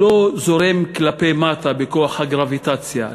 זורם כלפי מטה בכוח הגרביטציה,